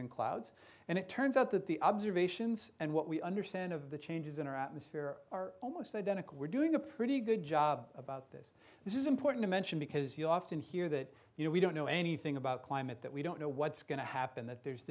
and clouds and it turns out that the observations and what we understand of the changes in our atmosphere are almost identical we're doing a pretty good job about this this is important to mention because you often hear that you know we don't know anything about climate that we don't know what's going to happen that there's